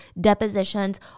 depositions